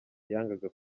yangaga